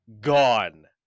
gone